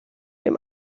dem